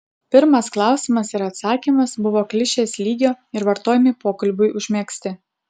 pirmas klausimas ir atsakymas buvo klišės lygio ir vartojami pokalbiui užmegzti